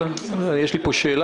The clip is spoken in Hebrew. ב-71 השנים